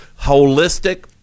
holistic